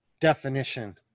definition